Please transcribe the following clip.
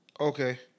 okay